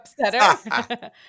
Upsetter